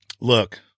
look